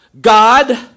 God